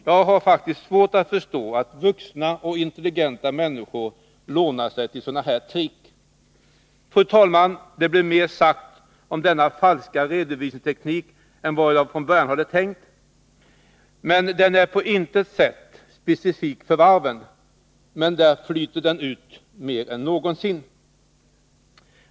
Jag har svårt att förstå att vuxna och intelligenta människor kan låna sig till sådana trick. Fru talman! Det blev mer sagt om denna falska redovisningsteknik än vad jag från början tänkt. Den är på intet sätt specifik för varven, men här flyter den ut mer än någonsin.